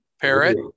Parrot